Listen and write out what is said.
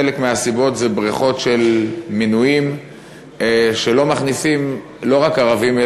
חלק מהסיבות זה בריכות של מנויים שלא מכניסים לא רק ערבים,